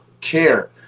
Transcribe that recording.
care